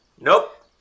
Nope